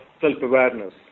self-awareness